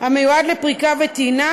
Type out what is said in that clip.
המיועד לפריקה ולטעינה,